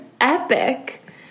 epic